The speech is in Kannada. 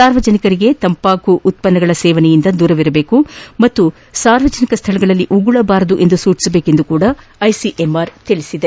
ಸಾರ್ವಜನಿಕರಿಗೆ ತಂಬಾಕು ಉತ್ಪನ್ನಗಳ ಸೇವನೆಯಿಂದ ದೂರವಿರಬೇಕು ಮತ್ತು ಸಾರ್ವಜನಿಕ ಸ್ಥಳಗಳಲ್ಲಿ ಉಗುಳಬಾರದು ಎಂದು ಸೂಚಿಸಬೇಕೆಂದು ಸಹ ಇಸಿಎಂಆರ್ ತಿಳಿಸಿದೆ